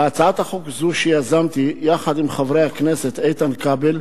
בהצעת חוק זו, שיזמתי יחד עם חברי הכנסת איתן כבל,